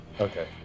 Okay